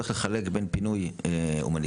צריך לחלק בין פינוי הומניטרי,